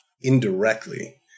indirectly